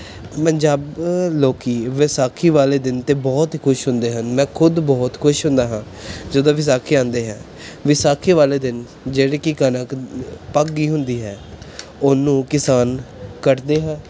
ਪੰਜਾਬ ਲੋਕ ਵਿਸਾਖੀ ਵਾਲੇ ਦਿਨ 'ਤੇ ਬਹੁਤ ਹੀ ਖੁਸ਼ ਹੁੰਦੇ ਹਨ ਮੈਂ ਖੁਦ ਬਹੁਤ ਖੁਸ਼ ਹੁੰਦਾ ਹਾਂ ਜਦੋਂ ਵਿਸਾਖੀ ਆਉਂਦੀ ਹੈ ਵਿਸਾਖੀ ਵਾਲੇ ਦਿਨ ਜਿਹੜੇ ਕਿ ਕਣਕ ਪੱਕ ਗਈ ਹੁੰਦੀ ਹੈ ਉਹਨੂੰ ਕਿਸਾਨ ਕੱਟਦੇ ਹੈ